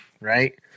right